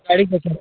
गाड़ी का क्या